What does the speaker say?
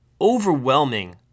overwhelming